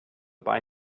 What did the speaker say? buy